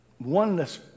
oneness